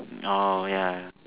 orh ya